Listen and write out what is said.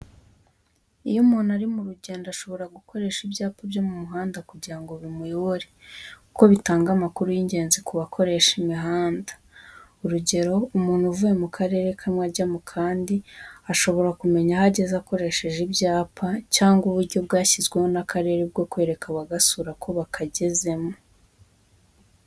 Iyo umuntu ari mu rugendo, ashobora gukoresha ibyapa byo mu muhanda kugira ngo bimuyobore, kuko bitanga amakuru y'ingenzi ku bakoresha imihanda. Urugero, umuntu uvuye mu karere kamwe ajya mu kandi ashobora kumenya aho ageze akoresheje ibyapa, cyangwa uburyo bwashyizweho n'akarere bwo kwereka abagasura ko bakagezemo.